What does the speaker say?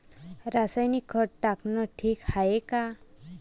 रासायनिक खत टाकनं ठीक हाये का?